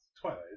Twilight